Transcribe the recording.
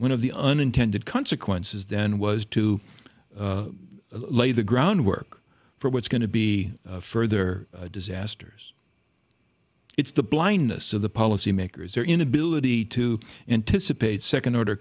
one of the unintended consequences then was to lay the groundwork for what's going to be further disasters it's the blindness of the policymakers their inability to anticipate second order